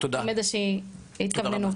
עם איזושהי התכווננות.